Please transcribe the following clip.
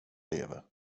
lever